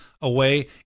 away